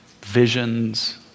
visions